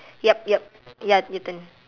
yup yup ya your turn